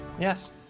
yes